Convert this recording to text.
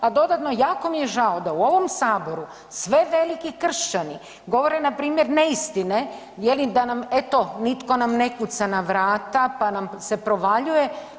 A dodatno jako mi je žao da u ovom Saboru sve veliki kršćani govore npr. neistine da nam eto nitko nam ne kuca na vrata pa nam se provaljuje.